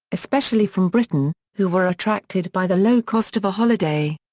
especially from britain, who were attracted by the low cost of a holiday.